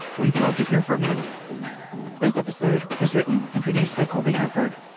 we'd love to hear from you this episode was written and produced by colby hartburg,